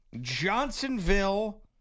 Johnsonville